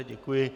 Děkuji.